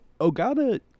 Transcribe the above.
Ogata